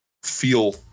feel